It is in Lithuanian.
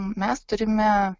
mes turime